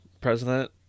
president